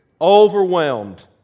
Overwhelmed